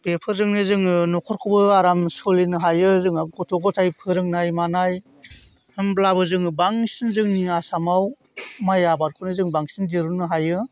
बेफोरजोंनो जोङो न'खरखौबो आराम सोलिनो हायो जोंहा गथ' गथाइ फोरोंनाय मानाय होनब्लाबो जोङो बांसिन जोंनि आसामाव माइ आबादखौनो जों बांसिन दिहुननो हायो